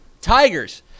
Tigers